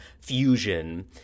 fusion